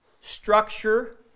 structure